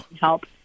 help